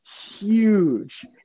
huge